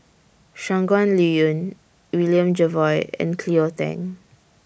Shangguan Liuyun William Jervois and Cleo Thang